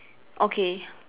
okay